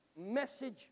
message